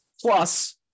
Plus